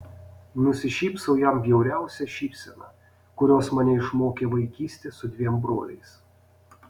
nusišypsau jam bjauriausia šypsena kurios mane išmokė vaikystė su dviem broliais